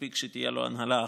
מספיק שתהיה להם הנהלה אחת,